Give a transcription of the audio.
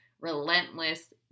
relentless